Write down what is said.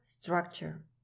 structure